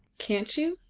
can't you?